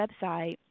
website